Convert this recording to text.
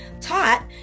taught